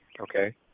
Okay